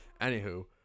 anywho